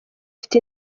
ifite